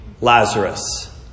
Lazarus